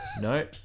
No